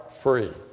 free